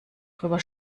drüber